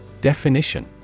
Definition